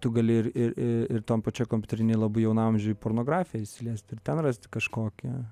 tu gali ir ir ir toj pačioj kompiuterinėj labai jaunam amžiui pornografiją įsiliest ir ten rasti kažkokią